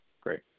great